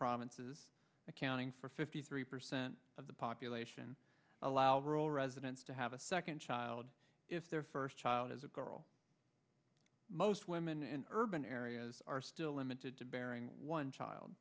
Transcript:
provinces accounting for fifty three percent of the population allow girl residents to have a second child if their first child is a girl most women in urban areas are still limited to bearing one child